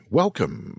welcome